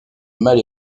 mal